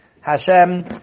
Hashem